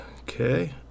Okay